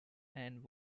and